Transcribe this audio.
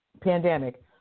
pandemic